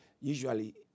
usually